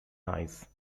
nice